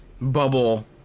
bubble